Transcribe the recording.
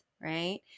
right